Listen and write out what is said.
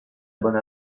bonne